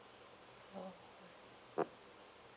oh